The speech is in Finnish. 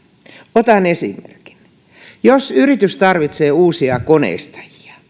otan esimerkin jos yritys tarvitsee uusia koneistajia